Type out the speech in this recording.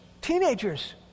teenagers